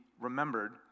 remembered